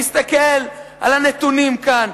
נסתכל על הנתונים כאן.